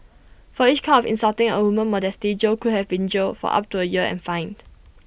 for each count of insulting A woman's modesty Jo could have been jailed for up to A year and fined